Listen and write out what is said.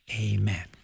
Amen